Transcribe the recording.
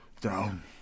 down